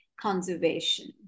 conservation